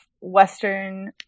western